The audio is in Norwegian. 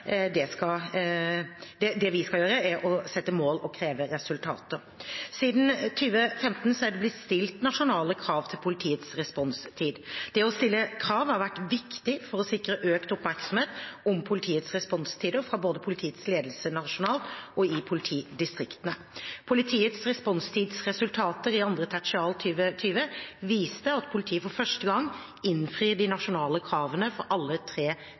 Det vi skal gjøre, er å sette mål og kreve resultater. Siden 2015 er det blitt stilt nasjonale krav til politiets responstid. Det å stille krav har vært viktig for å sikre økt oppmerksomhet om politiets responstider fra både politiets ledelse nasjonalt og i politidistriktene. Politiets responstidsresultater i andre tertial 2020 viste at politiet for første gang innfrir de nasjonale kravene for alle tre